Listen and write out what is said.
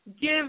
give